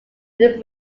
route